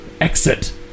exit